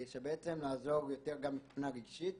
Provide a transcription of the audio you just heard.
לעזור יותר מבחינה רגשית